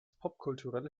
popkulturelle